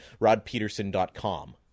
rodpeterson.com